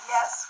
Yes